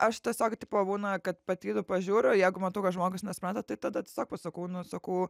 aš tiesiog tipo būna kad patyliu pažiūriu jeigu matau kad žmogus nesupranta tai tada tiesiog pasakau nu sakau